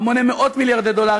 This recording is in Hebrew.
המונה מאות-מיליארדי דולרים,